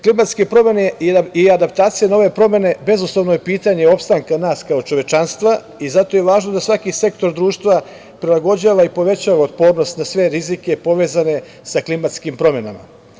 Klimatske promene i adaptacije na ove promene bezuslovno je pitanje opstanka nas kao čovečanstva i zato je važno da svaki sektor društva prilagođava i povećava otpornost na sve rizike povezane sa klimatskim promenama.